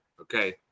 Okay